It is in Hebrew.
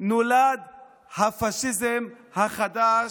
נולד הפשיזם החדש,